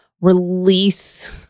release